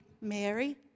Mary